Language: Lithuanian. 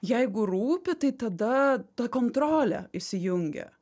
jeigu rūpi tai tada ta kontrolė įsijungia